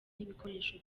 n’ibikoresho